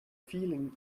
feeling